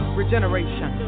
regeneration